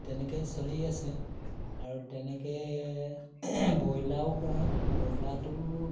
তেনেকৈ চলি আছে আৰু তেনেকৈ ব্ৰইলাৰো পোহে ব্ৰইলাৰটো